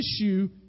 issue